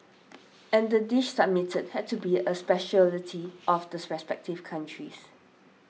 and the dish submitted had to be a speciality of this respective countries